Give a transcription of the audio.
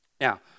Now